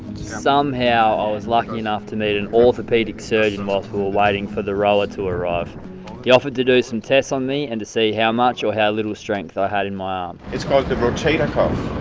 somehow i was lucky enough to meet an orthopedic surgeon whilst we were waiting for the rower to arrive he offered to do some tests on me and to see how much or how little strength i had in my arm um it's called the rotator cuff.